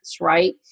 right